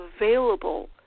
available